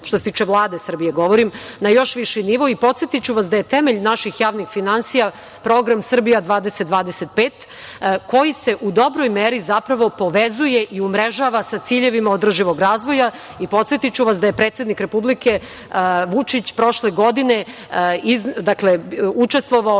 što se tiče Vlade Srbije, na još viši nivo i podsetiću vas da je temelj naših javnih finansija Program „Srbija 2025“, koji se u dobroj meri zapravo povezuje i umrežava sa ciljevima održivog razvoja i podsetiću vas da je predsednik Republike Vučić prošle godine učestvovao